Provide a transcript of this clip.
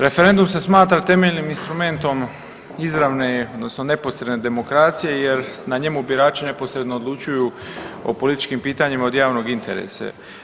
Referendum se smatra temeljnim instrumentom izravne odnosno neposredne demokracije jer na njemu birači neposredno odlučuju o političkim pitanjima od javnog interesa.